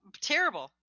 Terrible